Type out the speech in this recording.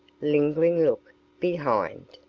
lingering look behind?